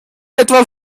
etwa